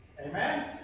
Amen